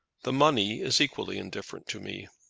the money is equally indifferent to me.